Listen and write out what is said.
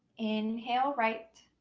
inhale right.